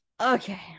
okay